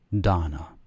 Dana